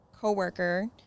co-worker